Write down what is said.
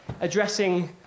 addressing